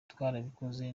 twarabikoze